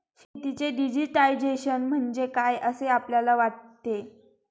शेतीचे डिजिटायझेशन म्हणजे काय असे आपल्याला वाटते?